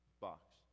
box